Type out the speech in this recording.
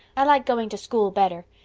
i like going to school better,